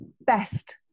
best